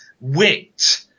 wit